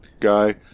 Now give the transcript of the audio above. guy